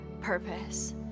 purpose